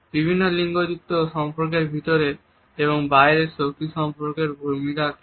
বিভিন্ন লিঙ্গযুক্ত সম্পর্কের ভিতরে এবং বাইরে শক্তি সম্পর্কের ভূমিকা কী